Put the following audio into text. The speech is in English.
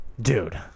dude